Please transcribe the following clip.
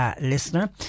listener